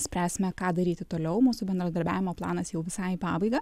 spręsime ką daryti toliau mūsų bendradarbiavimo planas jau visai į pabaigą